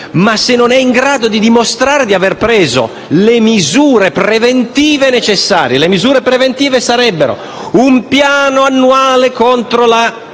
ma se non è in grado di dimostrare di aver preso le misure preventive necessarie (che sarebbero un piano annuale contro la